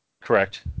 Correct